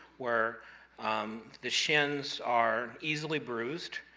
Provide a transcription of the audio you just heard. where um the shins are easily bruised,